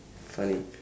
funny